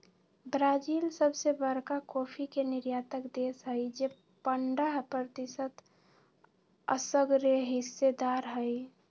Brazil सबसे बरका coffee के निर्यातक देश हई जे पंडह प्रतिशत असगरेहिस्सेदार हई